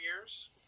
years